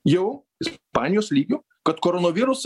jau ispanijos lygiu kad koronavirus